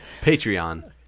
Patreon